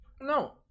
no